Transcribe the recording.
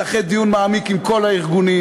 זה אחרי דיון מעמיק עם כל הארגונים,